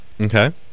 okay